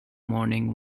morning